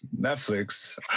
Netflix